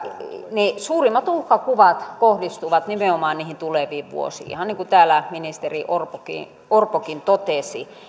ne suurimmat uhkakuvat kohdistuvat nimenomaan niihin tuleviin vuosiin ihan niin kuin täällä ministeri orpokin orpokin totesi